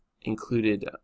included